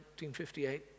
1958